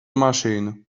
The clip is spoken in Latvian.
mašīnu